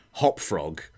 Hopfrog